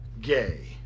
gay